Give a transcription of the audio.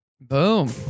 Boom